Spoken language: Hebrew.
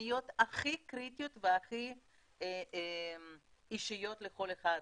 הפניות הכי קריטיות והכי אישיות לכל אחד,